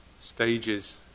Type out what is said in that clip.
stages